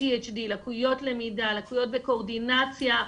ADHD, לקוית למידה, לקויות בקואורדינציה,